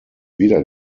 wieder